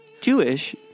Jewish